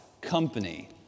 company